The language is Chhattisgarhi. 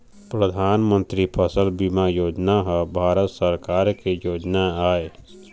परधानमंतरी फसल बीमा योजना ह भारत सरकार के योजना आय